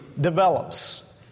develops